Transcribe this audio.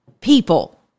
people